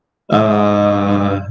uh